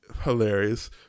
hilarious